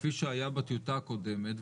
כפי שהיה בטיוטה הקודמת,